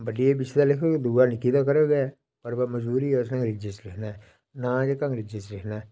बड्डी एबीसी दा लिखग दूआ निक्की दा करग और मजबूरी ऐ असें अंग्रेजी च लिखना ऐ ना असें अंग्रेजी नां जेह्का अंग्रेजी च लिखना ऐ